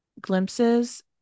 glimpses